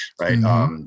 right